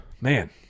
man